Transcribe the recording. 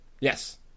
Yes